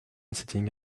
sitting